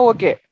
Okay